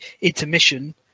intermission